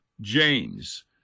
James